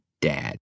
Dad